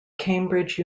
cambridge